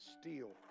steel